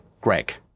greg